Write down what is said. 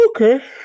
okay